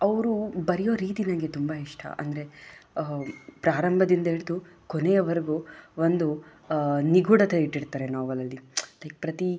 ಅವರು ಬರೆಯೋ ರೀತಿ ನನಗೆ ತುಂಬ ಇಷ್ಟ ಅಂದರೆ ಪ್ರಾರಂಭದಿಂದ ಹಿಡಿದು ಕೊನೆಯವರ್ಗೂ ಒಂದು ನಿಗೂಢತೆ ಇಟ್ಟಿರ್ತಾರೆ ನೋವೆಲಲ್ಲಿ ಲೈಕ್ ಪ್ರತಿ